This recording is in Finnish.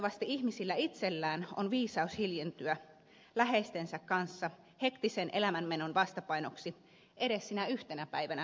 toivottavasti ihmisillä itsellään on viisaus hiljentyä läheistensä kanssa hektisen elämänmenon vastapainoksi edes sinä yhtenä päivänä viikossa